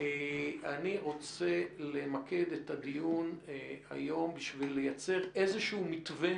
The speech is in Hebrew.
אני רוצה למקד את הדיון היום בשביל לייצר איזשהו מתווה